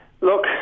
Look